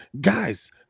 guys